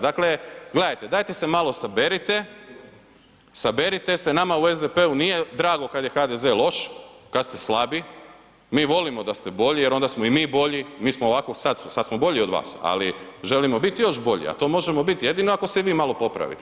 Dakle, gledajte dajte se malo saberite, saberite se, nama u SDP-u nije drago kad je HDZ loš, kad ste slabi, mi volimo da ste bolji jer onda smo i mi bolji, mi smo ovako sad, sad smo bolji od vas, ali želimo biti još bolji, a to možemo biti jedino ako se vi malo popravite.